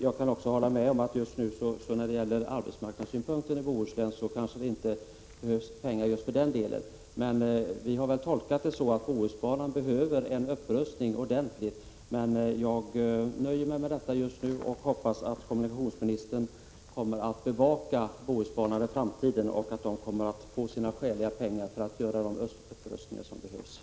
Jag kan hålla med om att det ur arbetsmarknadssynpunkt kanske inte behövs pengar i Bohuslän just nu, men Bohusbanan behöver en ordentlig upprustning. Jag nöjer mig med detta just nu och hoppas att kommunikationsministern bevakar Bohusbanan i framtiden och att den får skäliga pengar för de upprustningar som behövs.